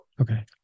okay